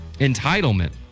entitlement